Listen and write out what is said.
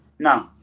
No